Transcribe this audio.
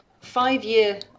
five-year